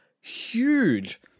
huge